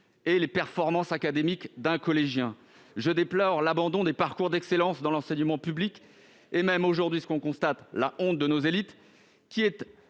et les performances académiques d'un collégien. Je déplore l'abandon des parcours d'excellence dans l'enseignement public, ... Eh oui !... le constat de la « honte » de nos élites et